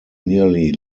nearly